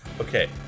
Okay